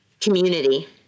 community